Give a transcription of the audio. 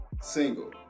Single